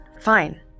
fine